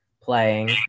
playing